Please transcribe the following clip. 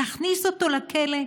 להכניס אותו לכלא?